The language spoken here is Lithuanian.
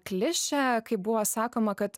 klišę kai buvo sakoma kad